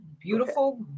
beautiful